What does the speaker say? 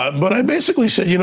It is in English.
but i basically said, you know